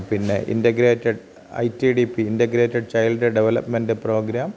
പിന്നെ integrated I T D P integrated child development programme